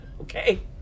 okay